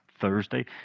Thursday